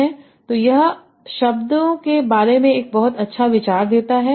तो यह शब्दों के बारे में एक बहुत अच्छा विचार देता है